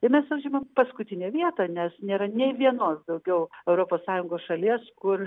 ir mes užimam paskutinę vietą nes nėra nei vienos daugiau europos sąjungos šalies kur